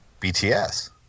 BTS